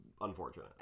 unfortunate